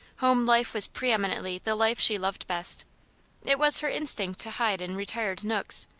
home-life was pre-eminently the life she loved best it was her instinct to hide in retired nooks,